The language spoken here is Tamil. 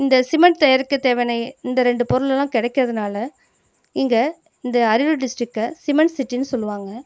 இந்த சிமெண்ட் தயாரிக்கத் தேவையான இந்த இரண்டு பொருள் எல்லாம் கிடைக்கறதுனால இங்கே இந்த அரியலூர் டிஸ்ட்ரிக்டை சிமெண்ட் சிட்டினு சொல்லுவாங்க